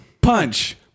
Punch